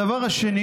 הדבר השני,